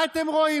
מה אתם רואים?